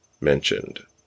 mentioned